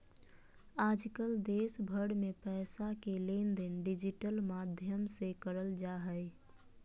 आजकल देश भर मे पैसा के लेनदेन डिजिटल माध्यम से करल जा हय